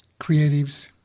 creatives